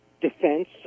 defense